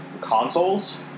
consoles